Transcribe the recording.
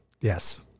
Yes